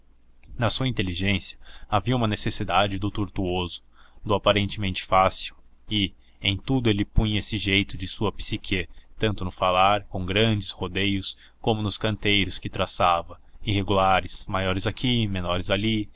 na sua inteligência havia uma necessidade do tortuoso do aparentemente fácil e em tudo ele punha esse jeito de sua psique tanto no falar com grandes rodeios como nos canteiros que traçava irregulares maiores aqui menores ali